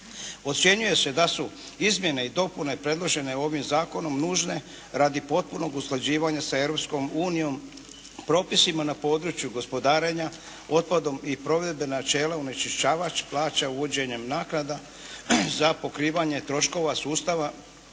Ocjenjuje se da su izmjene i dopune predložene ovim zakonom nužne radi potpunog usklađivanja sa Europskom unijom, propisima na području gospodarenja otpadom i provedbe načela onečiščivač plaća uvođenjem naknada za pokrivanje troškova sustava